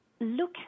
look